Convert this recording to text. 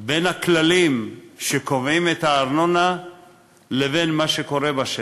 בין הכללים שקובעים את הארנונה לבין מה שקורה בשטח.